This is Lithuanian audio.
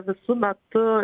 visu metu